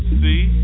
see